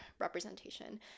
representation